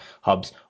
hubs